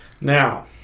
Now